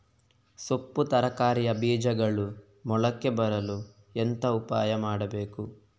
ಸೊಪ್ಪು ತರಕಾರಿಯ ಬೀಜಗಳು ಮೊಳಕೆ ಬರಲು ಎಂತ ಉಪಾಯ ಮಾಡಬೇಕು?